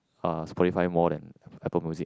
uh Spotify more than Apple Music